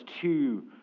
Two